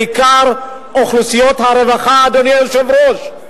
בעיקר אוכלוסיות הרווחה, אדוני היושב-ראש.